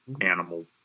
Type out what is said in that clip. animal